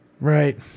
Right